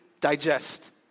Digest